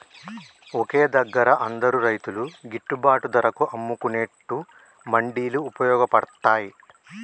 ఒకే దగ్గర అందరు రైతులు గిట్టుబాటు ధరకు అమ్ముకునేట్టు మండీలు వుపయోగ పడ్తాయ్